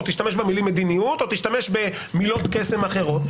תשתמש במילה מדיניות או תשתמש במילות קסם אחרות.